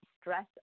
stress